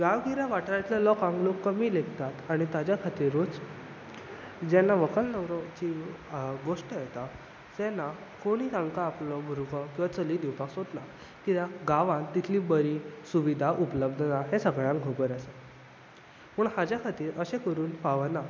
गांवगिऱ्या वाठारांतल्या लोकांक लोक कमी लेखतात आनी ताच्या खातीरूच जेन्ना व्हंकल न्हवरो हाची गोश्ट येता तेन्ना कोणी तांकां आपलो भुरगो वा चली दिवपाक सोदना कित्याक गांवांत तितली बरी सुविधा उपलब्द ना हें सगल्यांक खबर आसा पूण हाच्या खातीर अशें करून फावना